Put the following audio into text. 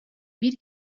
биир